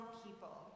people